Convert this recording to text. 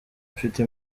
mfite